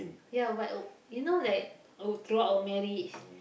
ya but uh you know like uh throughout marriage